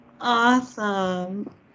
Awesome